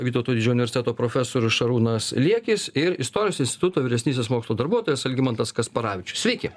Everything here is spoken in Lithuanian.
vytauto didžiojo universiteto profesorius šarūnas liekis ir istorijos instituto vyresnysis mokslo darbuotojas algimantas kasparavičius sveiki